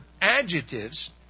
adjectives